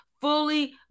fully